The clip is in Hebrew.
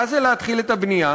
מה זה להתחיל את הבנייה?